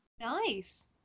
Nice